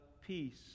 peace